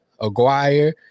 Aguirre